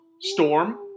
Storm